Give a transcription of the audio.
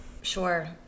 Sure